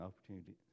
opportunity